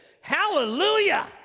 hallelujah